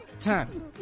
Time